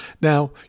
Now